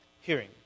hearing